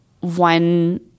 one